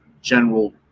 general